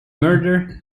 murder